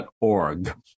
org